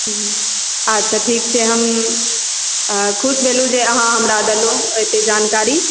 अच्छा ठीक छै हम खुश भेलहुॅं जे अहाँ देलहुॅं हमरा एतय जानकारी